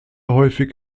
häufig